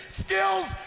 skills